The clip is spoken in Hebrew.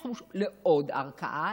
לכו לעוד ערכאה,